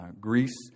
Greece